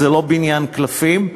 זה לא בניין קלפים.